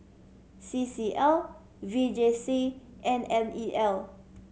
C C L V J C and N E L